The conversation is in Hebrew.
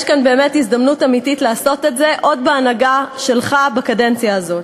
ויש כאן באמת הזדמנות אמיתית לעשות את זה עוד בהנהגה שלך בקדנציה הזאת.